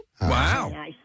Wow